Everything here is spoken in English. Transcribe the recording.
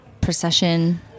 procession